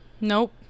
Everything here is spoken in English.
nope